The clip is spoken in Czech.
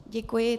Děkuji.